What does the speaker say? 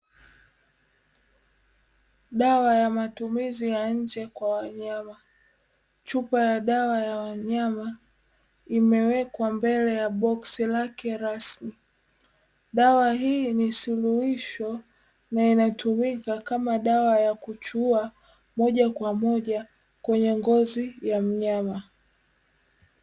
Dawa ya matumizi ya nje kwa wanyama, chupa ya dawa ya wanyama imewekwa mbele ya boksi lake rasmi. Dawa hii ni suruhisho na inatumika kama dawa ya kuchuwa moja kwa moja kwenye ngozi ya mnyama.